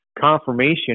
confirmation